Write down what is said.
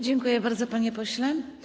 Dziękuję bardzo, panie pośle.